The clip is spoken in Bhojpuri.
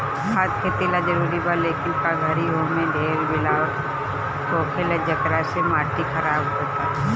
खाद खेती ला जरूरी बा, लेकिन ए घरी ओमे ढेर मिलावट होखेला, जेकरा से माटी खराब होता